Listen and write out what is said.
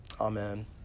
Amen